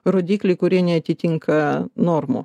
rodikliai kurie neatitinka normų